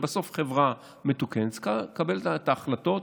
וחברה מתוקנת צריכה לקבל את ההחלטות,